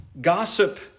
gossip